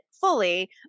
fully